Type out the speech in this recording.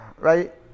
Right